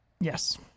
Yes